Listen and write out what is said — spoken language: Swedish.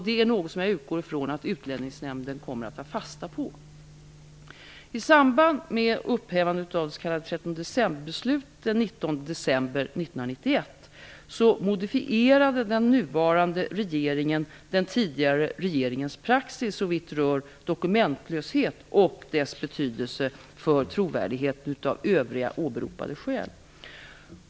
Det är något som jag utgår ifrån att Utlänningsnämnden kommer att ta fasta på. modifierade den nuvarande regeringen den tidigare regeringens praxis såvitt rör dokumentlöshet och dess betydelse för trovärdigheten av övriga åberopade skäl.